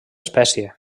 espècie